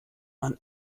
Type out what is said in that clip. man